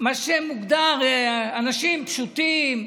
מה שמוגדר "אנשים פשוטים".